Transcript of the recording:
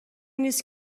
نیست